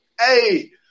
hey